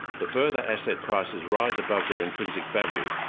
the further asset prices rise above their intrinsic value,